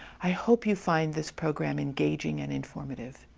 i hope you find this program engaging and informative.